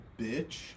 bitch